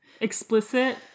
Explicit